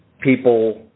people